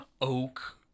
oak